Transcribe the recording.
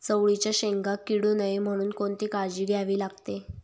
चवळीच्या शेंगा किडू नये म्हणून कोणती काळजी घ्यावी लागते?